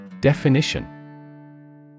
Definition